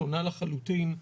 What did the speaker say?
שונה לחלוטין,